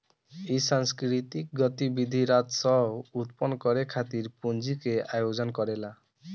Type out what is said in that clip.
इ सांस्कृतिक गतिविधि राजस्व उत्पन्न करे खातिर पूंजी के आयोजन करेला